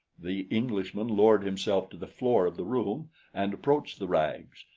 the englishman lowered himself to the floor of the room and approached the rags.